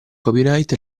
copyright